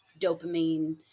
dopamine